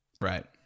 Right